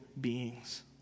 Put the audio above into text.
beings